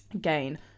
gain